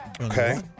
Okay